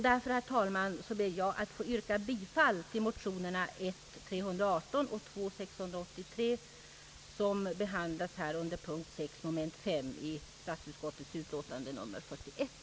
Därför, herr talman, ber jag att få yrka bifall till motionerna 1: 318 och II: 683, vilka behandlas under punkten 6, mom. 5 i statsutskottets utlåtande nr 41.